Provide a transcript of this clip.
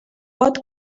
pot